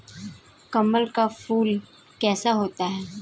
कमल का फूल कैसा होता है?